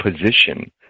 position